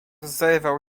zerwał